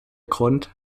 grund